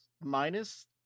minus